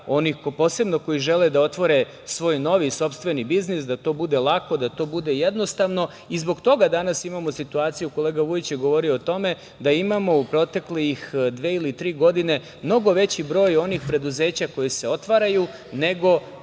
onih koji žele da otvore svoj novi, sopstveni biznis, da to bude lako, da to bude jednostavno. Zbog toga danas imamo situaciju, kolega Vujić je govorio o tome, da imamo u proteklih dve ili tri godine mnogo veći broj onih preduzeća koja se otvaraju, nego